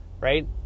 right